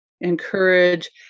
encourage